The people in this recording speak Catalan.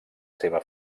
seva